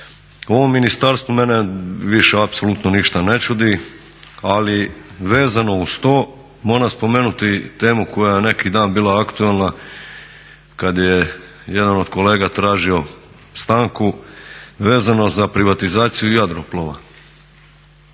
ovom ministarstvu mene više apsolutno ništa ne čudi, ali vezano uz to moram spomenuti temu koja je neki dan bila aktualna kad je jedan od kolega tražio stanku, vezano za privatizaciju Jadroplova.